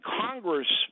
Congress